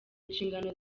inshingano